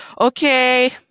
okay